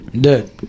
Dude